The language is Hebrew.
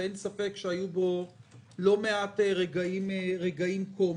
ואין ספק שהיו בו לא מעט רגעים קומיים,